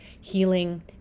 healing